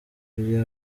ibyo